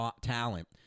talent